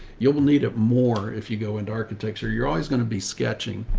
you will need it more. if you go into architecture, you're always going to be sketching.